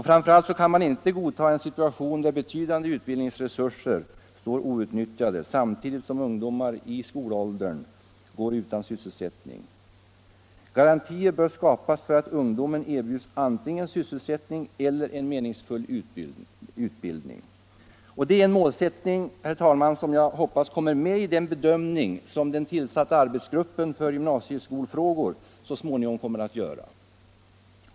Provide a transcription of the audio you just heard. Framför allt kan man inte godta en situation där betydande utbildningsresurser står outnyttjade samtidigt som ungdomar i skolåldern går utan sysselsättning. Garantier bör skapas för att ungdomen erbjuds . antingen sysselsättning eller en meningsfull utbildning. Det är en målsättning som jag hoppas kommer med i den bedömning som den tillsatta arbetsgruppen för gymnasieskolfrågor så småningom kommer att göra.